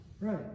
Right